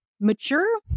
mature